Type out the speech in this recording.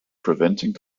preventing